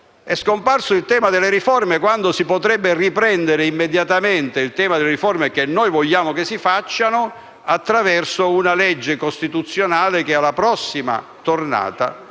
È scomparso il tema delle riforme quando si potrebbe riprendere immediatamente, perché vorremmo che si facciano attraverso una legge costituzionale che, alla prossima tornata,